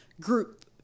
group